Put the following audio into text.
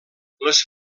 les